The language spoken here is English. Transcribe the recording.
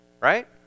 Right